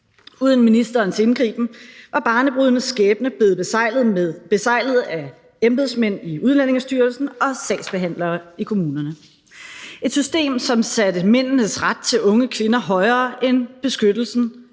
Uden ministerens indgriben var barnebrudenes skæbner blevet beseglet af embedsmænd i Udlændingestyrelsen og sagsbehandlere i kommunerne – et system, som satte mændenes ret til unge kvinder højere end beskyttelsen